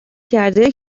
کرده